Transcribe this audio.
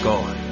God